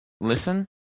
listen